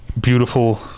beautiful